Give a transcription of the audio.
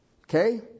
Okay